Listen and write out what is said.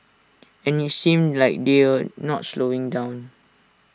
and IT seems like they're not slowing down